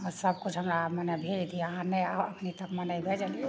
सबकिछु हमरा मने भेज दिअऽ अहाँ नहि एखन तक मने भेजलिए